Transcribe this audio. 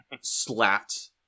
slapped